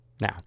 Now